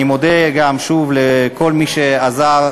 אני מודה שוב לכל מי שעזר,